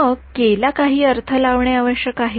मग ला काही अर्थ लावणे आवश्यक आहे